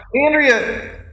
Andrea